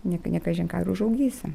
ne ne kažin ką ir užaugysi